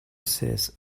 says